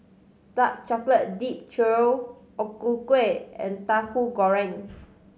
dark chocolate dipped churro O Ku Kueh and Tahu Goreng